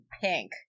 pink